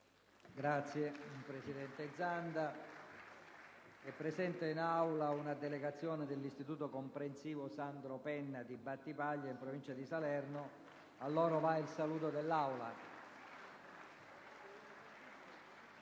una nuova finestra"). È presente in Aula una delegazione dell'Istituto comprensivo «Sandro Penna» di Battipaglia, in provincia di Salerno. A loro va il saluto dell'Aula.